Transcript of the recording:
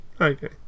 Okay